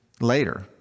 later